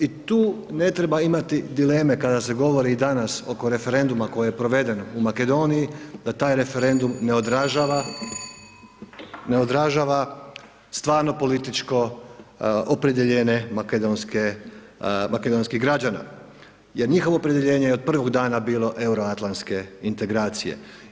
I tu ne treba imati dileme kada se govori i danas oko referenduma koje je proveden u Makedoniji, da taj referendum ne odražava stvarno političko opredjeljenje makedonskih građana jer njihovo opredjeljenje je od prvo dana bilo euroatlantske integracije.